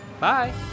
Bye